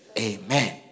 amen